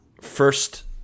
first